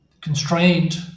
constrained